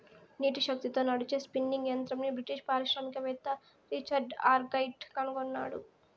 నీటి శక్తితో నడిచే స్పిన్నింగ్ యంత్రంని బ్రిటిష్ పారిశ్రామికవేత్త రిచర్డ్ ఆర్క్రైట్ కనుగొన్నాడు